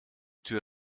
tür